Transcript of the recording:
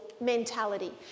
mentality